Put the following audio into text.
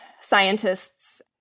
scientists